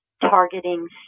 targeting